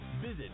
Visit